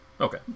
Okay